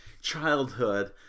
childhood